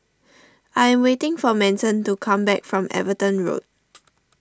I am waiting for Manson to come back from Everton Road